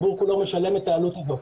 הציבור כולו משלם את העלות הזאת,